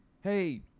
hey